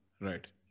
Right